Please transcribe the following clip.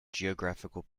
geographical